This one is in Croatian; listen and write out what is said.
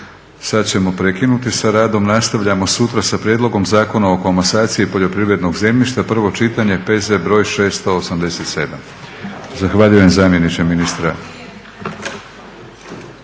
Sad ćemo prekinuti sa radom. Nastavljamo sutra sa Prijedlogom zakona o komasaciji poljoprivrednog zemljišta, prvo čitanje, P.Z. br. 687. Zahvaljujem zamjeniče ministra.